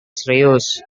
serius